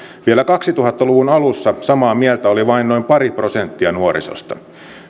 vielä kaksituhatta luvun alussa samaa mieltä oli vain noin pari prosenttia nuorisosta